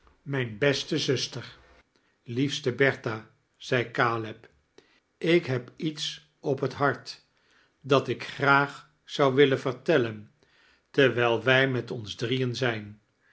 mijn beste zuster liefste bertha zei caleb ik heb iets op het hart dat ik graag zou willen vextelle'n terwijl wij met ons drieen zijn